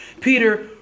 Peter